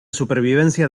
supervivencia